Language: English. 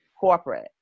corporate